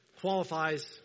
Qualifies